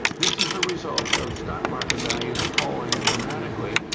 this is the result of stock market values falling dramatically,